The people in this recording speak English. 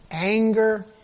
anger